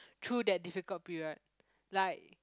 through that difficult period like